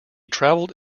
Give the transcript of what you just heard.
traveled